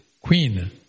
queen